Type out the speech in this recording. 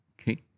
okay